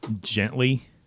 gently